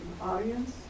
audience